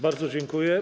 Bardzo dziękuję.